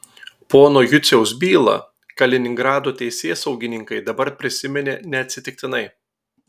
pono juciaus bylą kaliningrado teisėsaugininkai dabar prisiminė neatsitiktinai